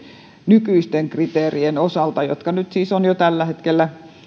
nykyisten kriteerien osalta jotka nyt siis ovat jo tällä hetkellä